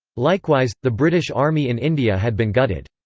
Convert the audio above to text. likewise, the british army in india had been gutted.